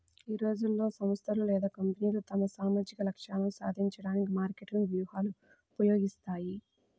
ఈ రోజుల్లో, సంస్థలు లేదా కంపెనీలు తమ సామాజిక లక్ష్యాలను సాధించడానికి మార్కెటింగ్ వ్యూహాలను ఉపయోగిస్తాయి